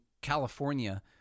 California –